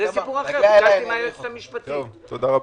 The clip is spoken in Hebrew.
תודה רבה.